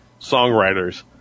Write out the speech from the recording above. songwriters